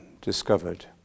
discovered